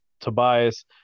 Tobias